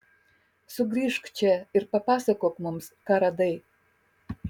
sugrįžk čia ir papasakok mums ką radai